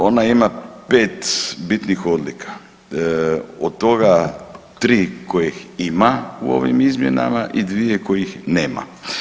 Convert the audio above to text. Ona ima 5 bitnih odlika, od toga 3 kojih ima u ovim izmjenama i 2 kojih nema.